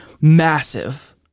massive